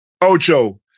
Ocho